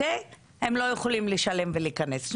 הם לא יכולים לשלם ולהיכנס.